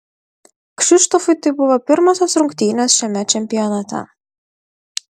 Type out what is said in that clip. kšištofui tai buvo pirmosios rungtynės šiame čempionate